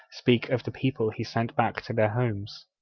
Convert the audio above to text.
speak of the people he sent back to their homes.